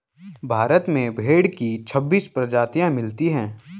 भारत में भेड़ की छब्बीस प्रजाति मिलती है